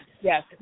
yes